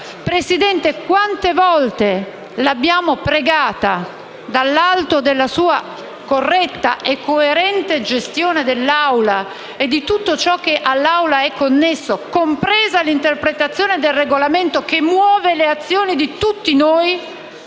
Presidente, quante volte l'abbiamo pregata, dall'alto della sua corretta e coerente gestione dell'Aula e di tutto ciò che all'Aula è connesso, compresa l'interpretazione del Regolamento, che muove le azioni di tutti noi,